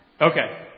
Okay